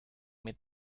mit